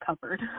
covered